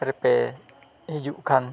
ᱨᱮᱯᱮ ᱦᱤᱡᱩᱜ ᱠᱷᱟᱱ